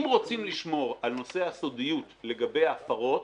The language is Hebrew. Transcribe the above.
אם רוצים לשמור על נושא הסודיות לגבי ההפרות,